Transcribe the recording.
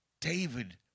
David